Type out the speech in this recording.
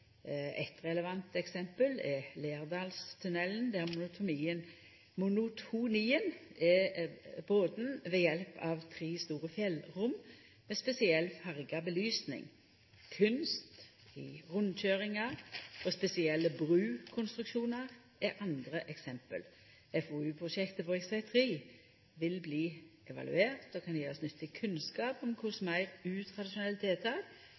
relevant eksempel er Lærdalstunnelen, der monotonien er broten ved hjelp av tre store fjellrom med spesiell farga belysning. Kunst i rundkøyringar og spesielle brukonstruksjonar er andre eksempel. FoU-prosjektet på rv. 3 vil bli evaluert og kan gje oss nyttig kunnskap om